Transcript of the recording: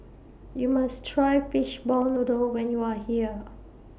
YOU must Try Fishball Noodle when YOU Are here